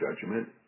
judgment